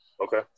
Okay